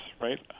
right